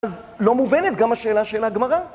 אז לא מובנת גם השאלה של הגמרה?